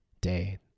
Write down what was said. day